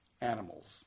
Animals